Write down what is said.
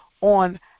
on